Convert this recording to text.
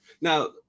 now